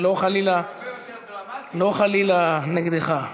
זה לא חלילה נגדך,